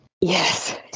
Yes